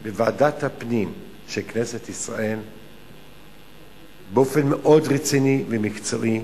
בוועדת הפנים של כנסת ישראל באופן מאוד רציני ומקצועי,